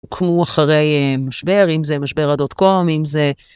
כמו אחרי משבר אם זה משבר דות קום אם זה.